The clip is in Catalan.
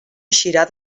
eixirà